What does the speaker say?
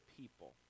people